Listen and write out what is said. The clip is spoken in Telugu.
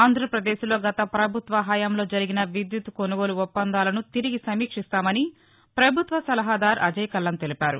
ఆంధ్రాపదేశ్లో గత పభుత్వ హయాంలో జరిగిన విద్యుత్ కొనుగోలు ఒప్పందాలను తిరిగి ను సమీక్షిస్తామని పభుత్వ సలహాదారు అజేయ్ కల్లం తెలిపారు